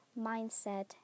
mindset